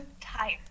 Tired